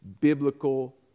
biblical